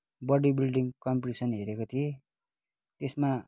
body building competition हेरेको थिएँ त्यसमा